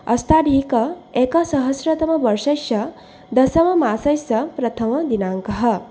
अष्टाधिक एकसहस्रतमवर्षस्य दशममासस्य प्रथमदिनाङ्कः